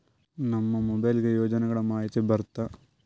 ನಮ್ ಮೊಬೈಲ್ ಗೆ ಯೋಜನೆ ಗಳಮಾಹಿತಿ ಬರುತ್ತ?